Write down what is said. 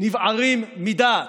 נבערים מדעת.